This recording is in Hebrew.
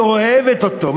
היא אוהבת אותו,